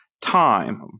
time